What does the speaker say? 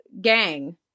gang